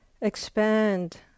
expand